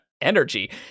energy